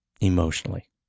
emotionally